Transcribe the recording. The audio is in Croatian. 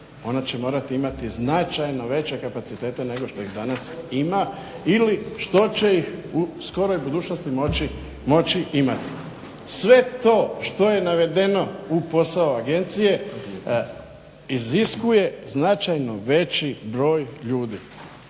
ona će morati imati značajno veće kapacitete nego što ih danas ima ili što će ih u skoroj budućnosti moći imati. Sve to što je navedeno u posao agencije iziskuje značajno veći broj ljudi.